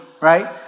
right